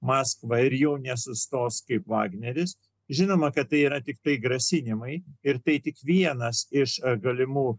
maskva ir jau nesustos kaip vagneris žinoma kad tai yra tiktai grasinimai ir tai tik vienas iš galimų